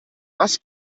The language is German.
was